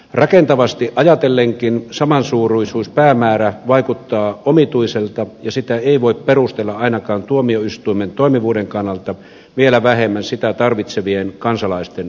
rakentavasti ajatellenkin samansuuruisuuspäämäärä vaikuttaa omituiselta ja sitä ei voi perustella ainakaan tuomioistuimen toimivuuden kannalta vielä vähemmän sitä tarvitsevien kansalaisten kannalta